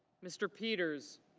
mr. peters.